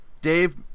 Dave